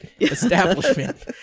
establishment